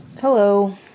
Hello